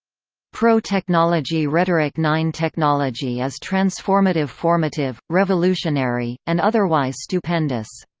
pro-technology rhetoric nine technology is transformative-formative, revolutionary, and otherwise stupendous.